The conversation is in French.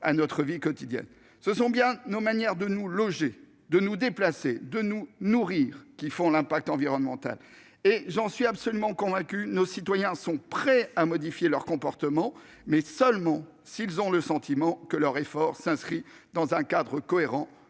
à notre vie quotidienne. Ce sont bien nos manières de nous loger, de nous déplacer et de nous nourrir qui ont un impact environnemental. Je suis absolument convaincu que nos concitoyens sont prêts à modifier leurs comportements, mais seulement s'ils ont le sentiment que leur effort s'inscrit dans un cadre cohérent,